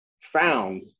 found